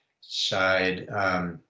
side